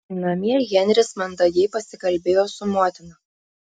namie henris mandagiai pasikalbėjo su motina